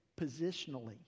positionally